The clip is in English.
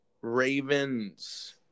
Ravens